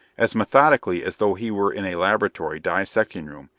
as methodically as though he were in a laboratory dissecting room,